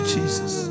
Jesus